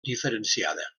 diferenciada